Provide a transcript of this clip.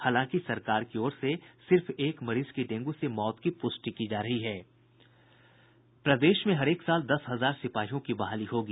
हालांकि सरकार की ओर सिर्फ एक मरीज की डेंगू से मौत की पुष्टि की जा रही है प्रदेश में हरेक साल दस हजार सिपाहियों की बहाली होगी